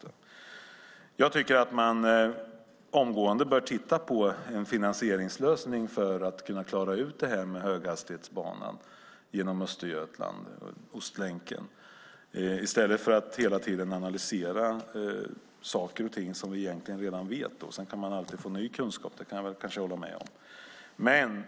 Jag tycker att man omgående bör titta på en finansieringslösning för att kunna klara ut det här med höghastighetsbanan genom Östergötland, alltså Ostlänken, i stället för att hela tiden analysera saker och ting som vi egentligen redan vet. Sedan kan man alltid få ny kunskap; det kan jag kanske hålla med om.